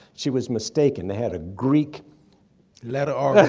she was mistaken. they had a greek letter